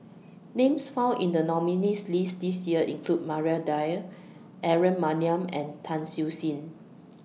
Names found in The nominees' list This Year include Maria Dyer Aaron Maniam and Tan Siew Sin